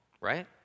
right